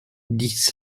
dix